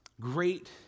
Great